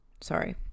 sorry